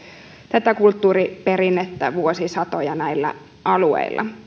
tätä kulttuuriperinnettä vuosisatoja näillä alueilla